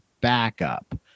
Backup